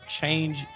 change